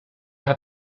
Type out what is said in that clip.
hat